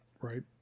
right